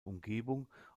umgebung